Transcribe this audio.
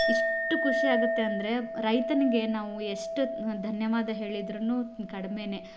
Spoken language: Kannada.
ಎಷ್ಟು ಖುಷಿ ಆಗುತ್ತೆ ಅಂದರೆ ರೈತನಿಗೆ ನಾವು ಎಷ್ಟು ಧನ್ಯವಾದ ಹೇಳಿದರೂನು ಕಡಿಮೇನೆ